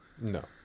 No